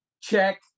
check